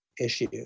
issue